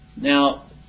Now